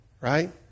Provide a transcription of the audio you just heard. Right